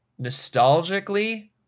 Nostalgically